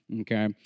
okay